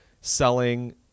selling